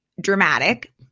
dramatic